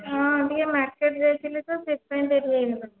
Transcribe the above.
ହଁ ଟିକେ ମାର୍କେଟ ଯାଇଥିଲି ତ ସେଥିପାଇଁ ଡେରି ହୋଇଗଲା